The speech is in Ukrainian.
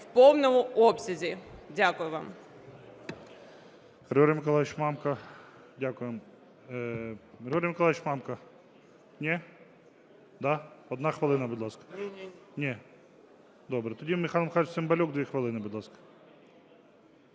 в повному обсязі. Дякую вам.